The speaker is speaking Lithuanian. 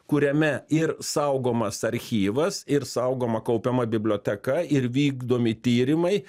kuriame ir saugomas archyvas ir saugoma kaupiama biblioteka ir vykdomi tyrimai